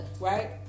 right